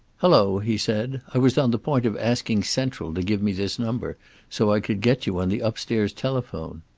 hello, he said, i was on the point of asking central to give me this number so i could get you on the upstairs telephone.